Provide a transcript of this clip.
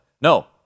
No